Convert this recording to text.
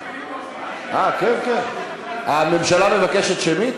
הממשלה מבקשת שמית?